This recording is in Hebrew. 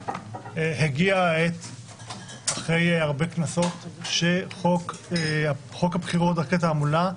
בראש ובראשונה כל מה שנוגע לחוק הבחירות (דרכי תעמולה).